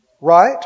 Right